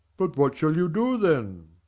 but what shall you do then?